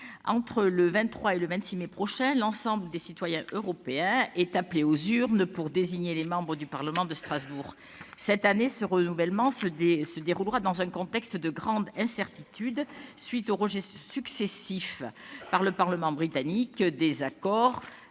entre le 23 et le 26 mai prochain, l'ensemble des citoyens européens est appelé aux urnes pour désigner les membres du Parlement de Strasbourg. Cette année, ce renouvellement se déroulera dans un contexte de grande incertitude, à la suite des rejets successifs par le Parlement britannique des accords